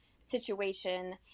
situation